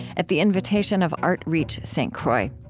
at the invitation of artreach st. croix.